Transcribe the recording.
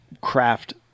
craft